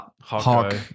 Hawk